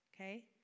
okay